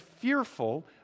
fearful